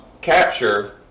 capture